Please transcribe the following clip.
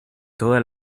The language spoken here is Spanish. toda